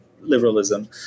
liberalism